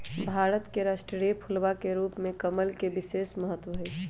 भारत के राष्ट्रीय फूलवा के रूप में कमल के विशेष महत्व हई